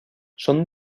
són